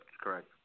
Correct